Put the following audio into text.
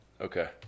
Okay